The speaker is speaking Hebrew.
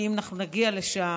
כי אם אנחנו נגיע לשם,